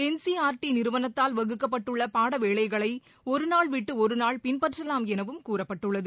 NCERT நிறுவனத்தால் வகுக்கப்பட்டுள்ள பாடவேளைகளை ஒருநாள் விட்டு ஒருநாள் பின்பற்றலாம் எனவும் கூறப்பட்டுள்ளது